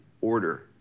order